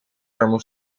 een